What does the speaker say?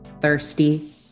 thirsty